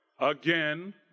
Again